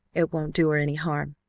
it won't do her any harm.